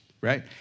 right